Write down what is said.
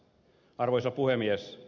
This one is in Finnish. arvoisa puhemies